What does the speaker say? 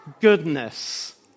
goodness